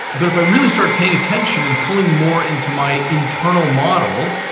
but if i really start paying attention and pulling more into my internal model,